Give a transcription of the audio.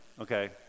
okay